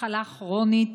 מחלה כרונית.